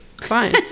Fine